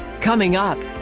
coming up.